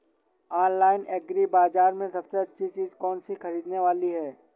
Online agri बाजार में सबसे अच्छी चीज कौन सी ख़रीदने वाली है?